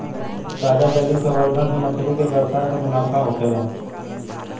ताजा जलीय संवर्धन से मछली के व्यवसाय में मुनाफा होखेला